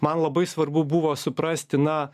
man labai svarbu buvo suprasti na